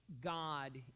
God